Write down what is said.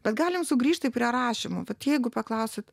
bet galim sugrįžti prie rašymo vat jeigu paklausit